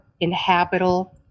inhabitable